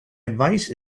advice